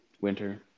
winter